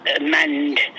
mend